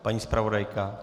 Paní zpravodajka?